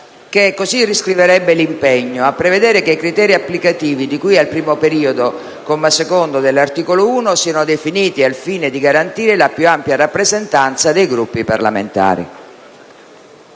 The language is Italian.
che così riscriverebbe il dispositivo: «si impegna a prevedere che i criteri applicativi, di cui al primo periodo, comma secondo, dell'articolo 1 siano definiti al fine di garantire la più ampia rappresentanza dei Gruppi parlamentari».